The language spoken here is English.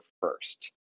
first